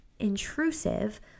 intrusive